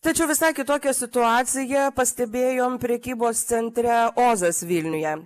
tačiau visai kitokią situaciją pastebėjom prekybos centre ozas vilniuje